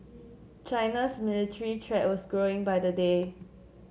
China's military threat was growing by the day